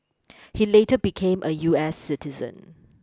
he later became a U S citizen